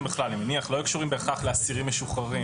בהכרח אני מניח - לאסירים משוחררים.